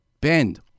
Bend